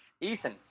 Ethan